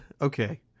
okay